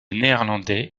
néerlandais